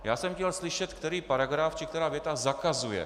Já jsem chtěl slyšet, který paragraf či která věta zakazuje.